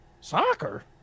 Soccer